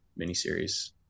miniseries